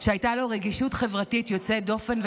שהייתה לו רגישות חברתית יוצאת דופן,